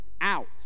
out